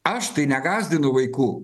aš tai negąsdinu vaikų